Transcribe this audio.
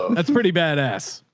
that's pretty bad ass.